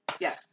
Yes